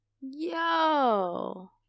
Yo